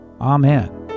Amen